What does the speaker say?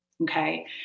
okay